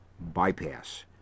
bypass